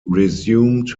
resumed